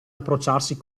approcciarsi